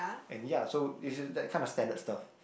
and ya so it's that kind of standard stuff